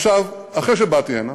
עכשיו, אחרי שבאתי הנה,